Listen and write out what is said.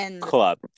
Club